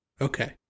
okay